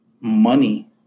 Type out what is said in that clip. money